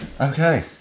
Okay